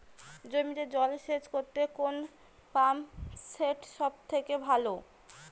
জমিতে জল সেচ করতে কোন পাম্প সেট সব থেকে ভালো?